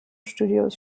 studios